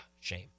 Shame